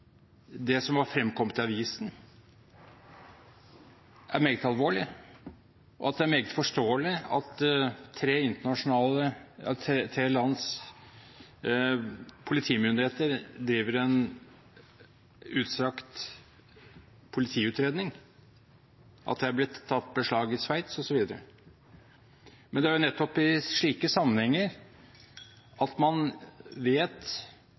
det som har fremkommet i avisen, er meget alvorlig, og at det er meget forståelig at tre lands politimyndigheter driver en utstrakt politiutredning, at det er blitt gjort beslag i Sveits, osv. Men det er nettopp i slike sammenhenger man vet